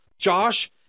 Josh